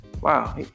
wow